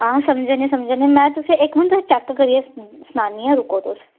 हां समझा नी समझा नी मैं तुसें इक मिंट मैं चेक करियै सनानियां रुको तुस